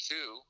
Two